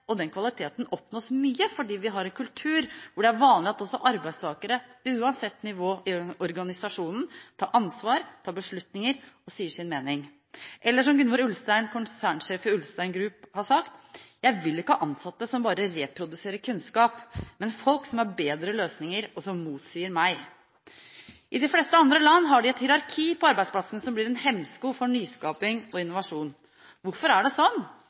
og den kvaliteten oppnås mye fordi vi har en kultur hvor det er vanlig at også arbeidstakere, uansett nivå i organisasjonen, tar ansvar, tar beslutninger og sier sin mening. Eller som Gunvor Ulstein, konsernsjef i Ulstein Group, har sagt: Jeg vil ikke ha ansatte som bare reproduserer kunnskap, men folk som har bedre løsninger, og som motsier meg. I de fleste andre land har de et hierarki på arbeidsplassen som blir en hemsko for nyskaping og innovasjon. Hvorfor er det sånn?